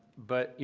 but, you